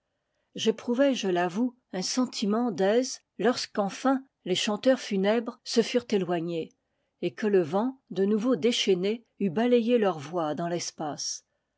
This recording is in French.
j'éprouvai je l'avoue un sentiment d'aise lorsque enfin les chanteurs funèbres se furent éloignés et que le vent de nouveau déchaîné eut balayé leurs voix dans l'espace